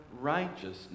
righteousness